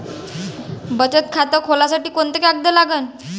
बचत खात खोलासाठी कोंते कागद लागन?